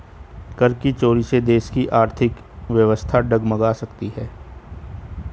कर की चोरी से देश की आर्थिक व्यवस्था डगमगा सकती है